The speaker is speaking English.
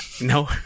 no